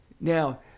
Now